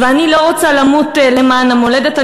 ואני לא רוצה למות למען המולדת,